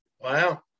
Wow